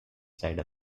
side